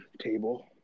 table